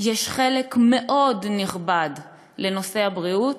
שיש חלק נכבד מאוד לנושא הבריאות